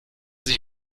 sich